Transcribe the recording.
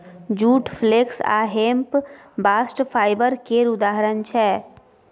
जुट, flax आ hemp bast fibre केर उदाहरण छै